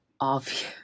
obvious